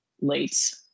late